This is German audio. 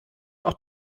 auch